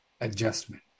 adjustment